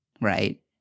Right